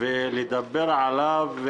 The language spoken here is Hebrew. לדבר עליו,